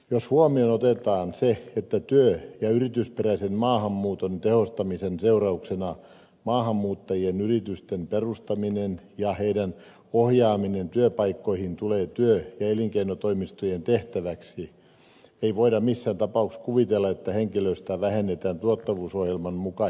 jos huomioon otetaan se että työ ja yritysperäisen maahanmuuton tehostamisen seurauksena maahanmuuttajien yritysten perustaminen ja heidän ohjaamisensa työpaikkoihin tulee työ ja elinkeinotoimistojen tehtäväksi ei voida missään tapauksessa kuvitella että henkilöstöä vähennetään tuottavuusohjelman mukaisesti